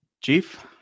Chief